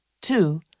Two